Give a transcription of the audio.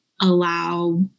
allow